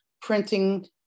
printing